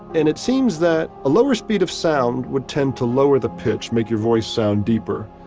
and it seems that a lower speed of sound would tend to lower the pitch, make your voice sound deeper,